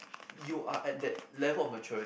you are at that level of maturity